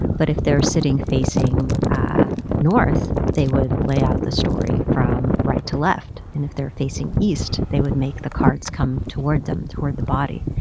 but if they were sitting facing north, they would lay out the story from right to left. and if they were facing east, they would make the cards come toward them, toward the body.